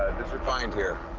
find here.